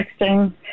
texting